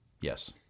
yes